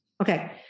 Okay